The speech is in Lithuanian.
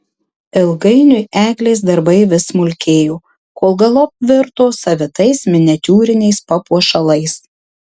ilgainiui eglės darbai vis smulkėjo kol galop virto savitais miniatiūriniais papuošalais